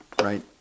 right